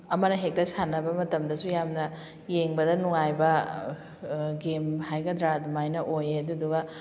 ꯑꯃꯅ ꯍꯦꯛꯇ ꯁꯥꯟꯅꯕ ꯃꯇꯝꯗꯁꯨ ꯌꯥꯝꯅ ꯌꯦꯡꯕꯗ ꯅꯨꯉꯥꯏꯕ ꯒꯦꯝ ꯍꯥꯏꯒꯗ꯭ꯔꯥ ꯑꯗꯨꯃꯥꯏꯅ ꯑꯣꯏꯌꯦ ꯑꯗꯨꯗꯨꯒ